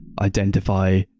identify